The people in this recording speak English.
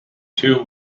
two